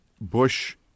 Bush